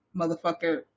motherfucker